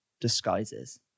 disguises